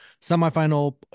semifinal